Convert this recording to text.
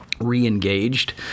re-engaged